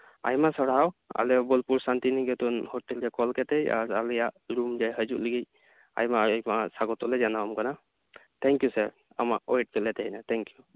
ᱟᱭᱢᱟ ᱥᱟᱨᱥᱟᱣ ᱟᱞᱮᱭᱟᱜ ᱵᱳᱞᱯᱩᱨ ᱥᱟᱱᱛᱤᱱᱤᱠᱮᱛᱚᱱ ᱦᱳᱴᱮᱞ ᱨᱮ ᱠᱚᱞ ᱠᱟᱛᱮᱫ ᱟᱨ ᱟᱞᱮᱭᱟᱜ ᱨᱩᱢ ᱨᱮ ᱦᱤᱡᱩᱜ ᱞᱟᱹᱜᱤᱫ ᱟᱭᱢᱟ ᱟᱭᱢᱟ ᱥᱟᱜᱚᱛᱚ ᱞᱮ ᱡᱟᱱᱟᱣ ᱟᱢ ᱠᱟᱱᱟ ᱛᱷᱮᱝᱠ ᱤᱭᱩ ᱥᱮᱨ ᱟᱢᱟᱜ ᱚᱭᱮᱴ ᱨᱮᱞᱮ ᱛᱟᱸᱦᱮᱭᱮᱱᱟ ᱛᱷᱮᱝᱠ ᱤᱭᱩ